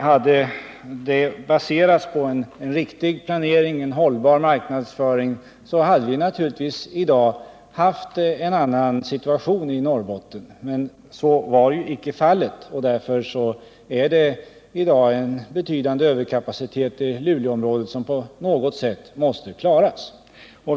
Hade det baserats på en riktig 147 planering och en hållbar marknadsföring hade vi naturligtvis i dag haft en annan situation i Norrbotten. Men så var icke fallet, och därför är det en betydande överkapacitet i Luleåområdet som på något sätt måste klaras av.